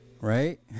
right